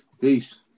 Peace